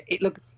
look